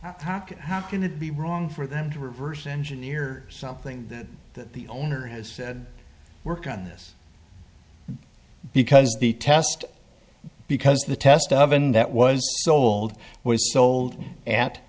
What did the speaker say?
cock how can it be wrong for them to reverse engineer something that the owner has said work on this because the test because the test of and that was sold was sold at